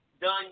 done